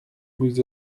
with